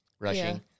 rushing